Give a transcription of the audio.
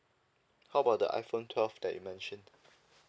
how about the iphone twelve that you mention